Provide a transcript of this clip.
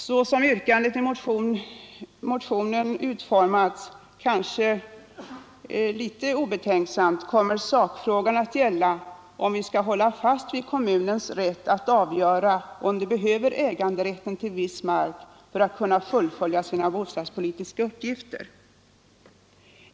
Såsom yrkandet i motionen utformats — kanske litet obetänksamt — kommer sakfrågan att gälla, om vi skall hålla fast vid kommunernas rätt att avgöra om de behöver äganderätten till viss mark för att kunna fullfölja sina bostadspolitiska uppgifter.